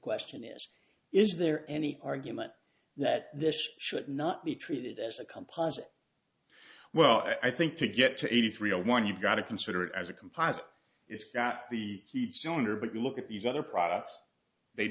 question is is there any argument that this should not be treated as a composite well i think to get to eighty three zero one you've got to consider it as a composite it's got the heat cylinder but look at these other products they